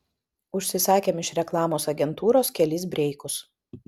užsisakėm iš reklamos agentūros kelis breikus